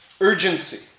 urgency